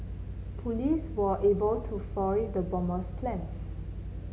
police were able to foil the bomber's plans